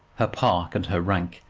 her park, and her rank,